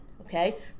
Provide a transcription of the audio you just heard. Okay